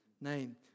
name